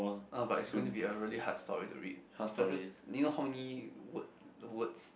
uh but it's gonna be a really hard story to read it's a few you know how many word words